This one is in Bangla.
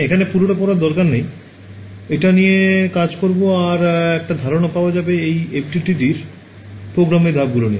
এখানে পুরোটা পড়ার দরকার নেই এটা নিয়ে কাজ করবো আর একটা ধারনা পাওয়া যাবে এই FDTDএর প্রোগ্রামের ধাপগুলো নিয়ে